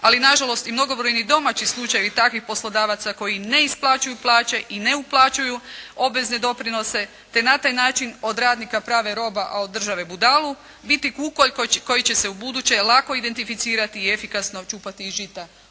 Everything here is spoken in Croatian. ali nažalost i mnogobrojni domaći slučajevi takvih poslodavaca koji ne isplaćuju plaće i ne uplaćuju obvezne doprinose te na taj način od radnika prave roba a od države budalu biti kukolj koji će se ubuduće lako identificirati i efikasno čupati iz žita.